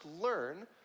learn